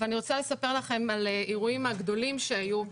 אבל אני רוצה לספר לכם על האירועים הגדולים שהיו.